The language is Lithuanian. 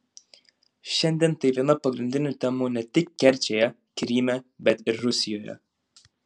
šiandien tai viena pagrindinių temų ne tik kerčėje kryme bet ir rusijoje